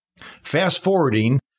Fast-forwarding